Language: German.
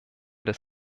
des